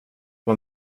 vad